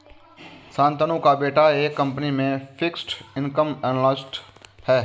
शांतनु का बेटा एक कंपनी में फिक्स्ड इनकम एनालिस्ट है